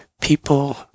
People